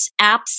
apps